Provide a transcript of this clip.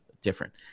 different